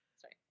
sorry